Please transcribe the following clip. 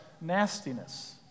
nastiness